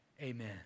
Amen